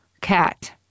cat